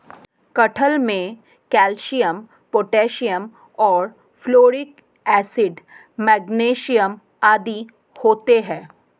कटहल में calcium potassium iron folic acid magnesium आदि होते हैं